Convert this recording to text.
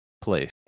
place